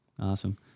Awesome